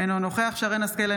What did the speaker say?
אינו נוכח שרן מרים השכל,